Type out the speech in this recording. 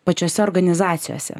pačiose organizacijose